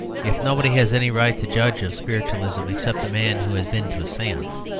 if nobody has any right to judge of spiritualism except a man who has been to a seance,